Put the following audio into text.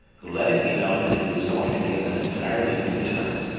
who let it be known that he was going to give an entirely new turn.